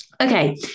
okay